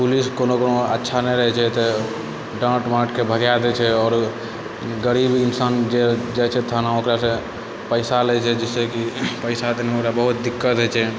police कोनो कोनो अच्छा नहि रहै छै तऽ डाँट वाँटके भागाय दै छै आओर गरीब इन्सान जे जाइ छै थाना ओकरासँ पैसा लै छै जिससे की पैसा दै मे ओकरा बहुत दिक्कत होइ छै